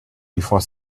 before